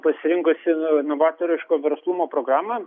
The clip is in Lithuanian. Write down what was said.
pasirinkusi novatoriško verslumo programą